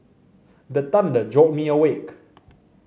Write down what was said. the thunder jolt me awake